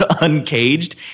uncaged